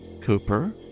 Cooper